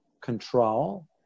control